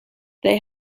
they